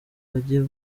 bajye